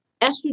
Estrogen